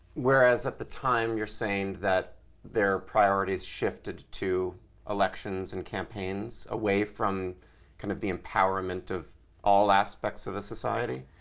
whereas at the time you're saying that their priorities shifted to elections and campaigns, away from kind of the empowerment of all aspects of the society.